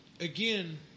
again